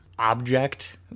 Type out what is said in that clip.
object